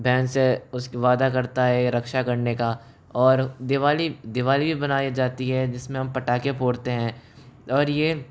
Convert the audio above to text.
बहन से वादा करता हैं रक्षा करने का और दिवाली दिवाली बनाई जाती हैं जिसमें हम पटाके फोड़ते हैं और यह